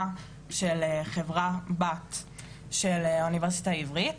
של חברה בת של האוניברסיטה העברית,